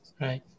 Right